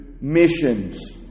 missions